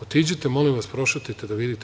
Otiđite, molim vas, prošetajte da vidite.